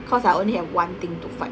cause I only have one thing to fight